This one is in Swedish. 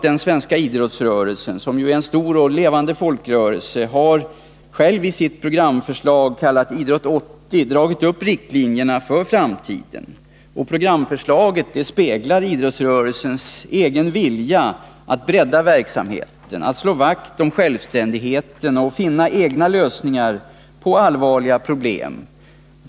Den svenska idrottsrörelsen, som ju är en stor och levande folkrörelse, har själv i sitt programförslag Idrott 80 dragit upp riktlinjerna för framtiden. Programförslaget speglar idrottsrörelsens egen vilja att bredda verksamheten, att slå vakt om självständigheten och att finna egna lösningar på allvarliga problem.